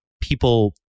people